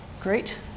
Great